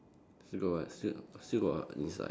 still got what still still got what inside